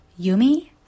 Yumi